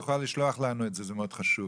אם תוכל לשלוח לנו את זה, זה מאוד חשוב.